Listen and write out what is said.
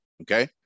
okay